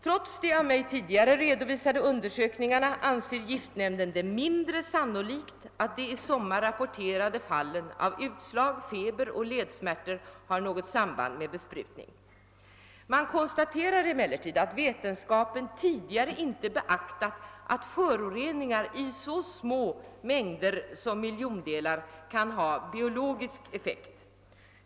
Trots de av mig tidigare redovisade undersökningarna anser giftnämnden det mindre sannolikt att de i somras rapporterade fallen av utslag, feber och ledsmärtor har något samband med besprutning. Man konstaterar emellertid att vetenskapen tidigare inte beaktat att föroreningar i så små mängder som miljondelar kan ha biologisk effekt.